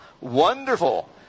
wonderful